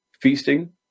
feasting